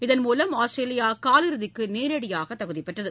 இதன் மூலம் ஆஸ்திரேலியா காலிறுதிக்கு நேரடியாக தகுதி பெற்றது